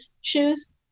shoes